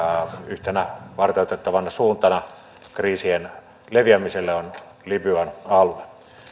yhtenä varteenotettavana suuntana kriisien leviämiselle on libyan alue